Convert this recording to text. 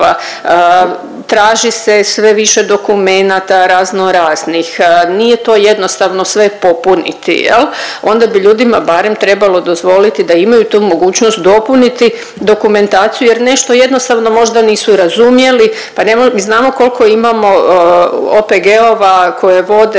traži se sve više dokumenata raznoraznih, nije to jednostavno sve popuniti, je li, onda bi ljudima barem trebalo dozvoliti da imaju tu mogućnost dopuniti dokumentaciju jer nešto jednostavno možda nisu razumjeli, pa ne, mi znamo koliko imamo OPG-ova koje vode